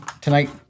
tonight